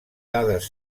dades